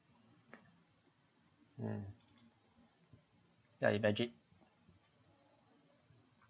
mm ya it magic